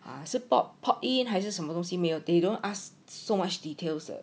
啊是 port in 还是什么东西没有 they don't ask so much details 的